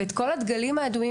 את כל הדגלים האדומים